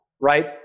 right